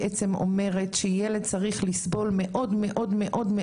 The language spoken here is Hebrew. היא בעצם אומרת שילד צריך לסבול מאוד מאוד מאוד מאוד,